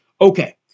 Okay